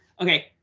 Okay